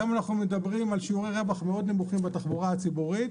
היום אנחנו מדברים על שיעורי רווח מאוד נמוכים בתחבורה הציבורית,